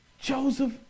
Joseph